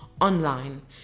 online